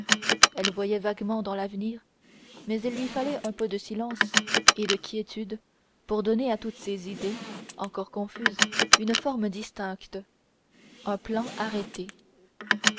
elle voyait vaguement dans l'avenir mais il lui fallait un peu de silence et de quiétude pour donner à toutes ses idées encore confuses une forme distincte un plan arrêté